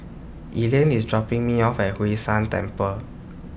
Elaine IS dropping Me off At Hwee San Temple